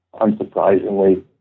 unsurprisingly